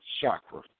chakra